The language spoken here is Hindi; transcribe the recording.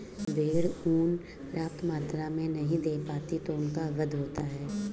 जब भेड़ ऊँन पर्याप्त मात्रा में नहीं दे पाती तो उनका वध होता है